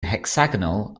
hexagonal